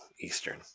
eastern